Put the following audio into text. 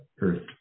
earth